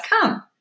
come